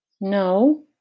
No